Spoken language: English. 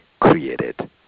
created